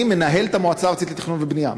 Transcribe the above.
מנהל את המועצה הארצית לתכנון ובנייה,